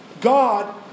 God